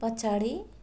पछाडि